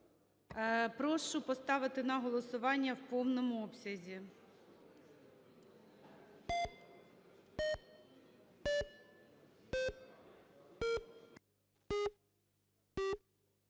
Прошу поставити на голосування в повному обсязі.